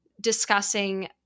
discussing